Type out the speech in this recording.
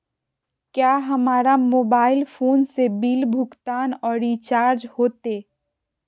क्या हमारा mobile phone से बिल भुगतान और रिचार्ज होते?